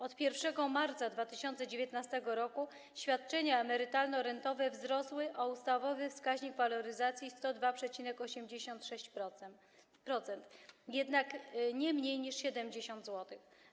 Od 1 marca 2019 r. świadczenia emerytalno-rentowe wzrosły o ustawowy wskaźnik waloryzacji 102,86%, jednak nie mniej niż 70 zł.